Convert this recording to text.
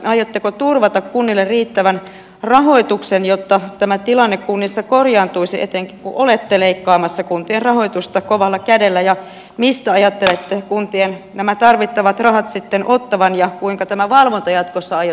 aiotteko turvata kunnille riittävän rahoituksen jotta tämä tilanne kunnissa korjaantuisi etenkin kun olette leikkaamassa kuntien rahoitusta kovalla kädellä ja mistä ajattelette kuntien nämä tarvittavat rahat sitten ottavan ja kuinka tämä valvonta jatkossa aiotaan toteuttaa